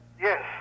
yes